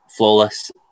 flawless